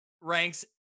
ranks